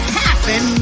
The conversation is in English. happen